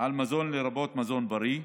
על מזון, לרבות מזון בריא.